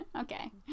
Okay